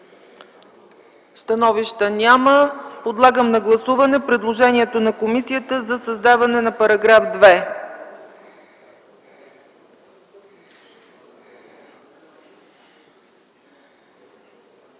Становища? Няма. Подлагам на гласуване предложението на комисията за отпадане на § 2